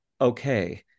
okay